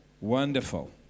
Wonderful